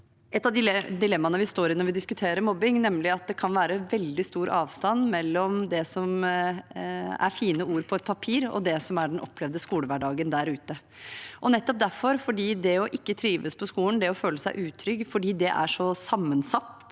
et av de dilemmaene vi står i når vi diskuterer mobbing, nemlig at det kan være veldig stor avstand mellom det som er fine ord på et papir, og det som er den opplevde skolehverdagen der ute. Nettopp fordi det å ikke trives på skolen, det å føle seg utrygg, er så sammensatt